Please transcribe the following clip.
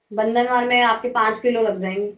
बंदरबार में आपके पाँच किलो लग जाएंगे